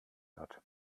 wird